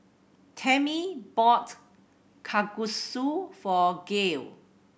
Tammi bought Kalguksu for Gael